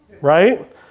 right